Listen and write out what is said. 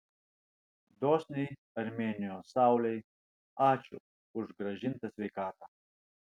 dosniai armėnijos saulei ačiū už grąžintą sveikatą